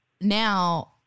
now